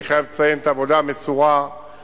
אני חייב לציין את העבודה המסורה של